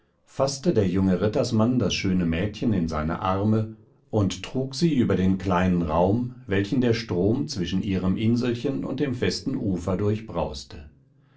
faßte der junge rittersmann das schöne mädchen in seine arme und trug sie über den kleinen raum welchen der strom zwischen ihrem inselchen und dem festen ufer